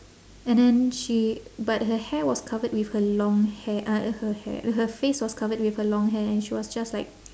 and then she but her hair was covered with her long hair uh her hair her face was covered with her long hair and she was just like